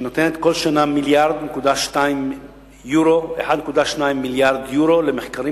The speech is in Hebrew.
שנותנת כל שנה 1.2 מיליארד יורו למחקרים